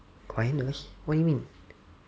quietness what you mean